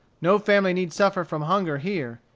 no family need suffer from hunger here,